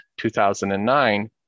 2009